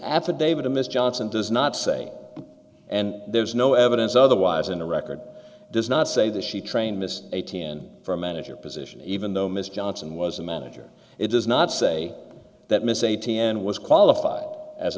affidavit a missed johnson does not say and there's no evidence otherwise in the record does not say that she trained mr eighteen for a manager position even though mr johnson was a manager it does not say that miss a t n was qualified as